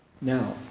Now